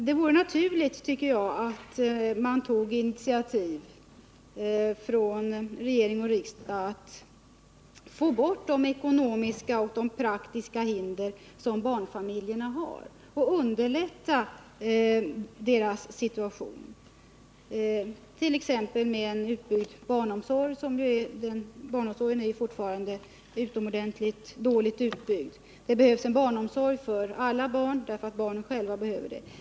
Det vore naturligt, tycker jag, att regering och riksdag tog initiativ för att få bort de ekonomiska och praktiska hinder som barnfamiljerna har och underlätta deras situation, t.ex. med en utbyggd barnomsorg =—- barnomsorgen är ju fortfarande utomordentligt dåligt utbyggd. Det behövs barnomsorg för alla barn därför att barnen själva behöver den.